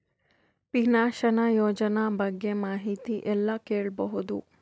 Pension ಯೋಜನ ಬಗ್ಗೆ ಮಾಹಿತಿ ಎಲ್ಲ ಕೇಳಬಹುದು?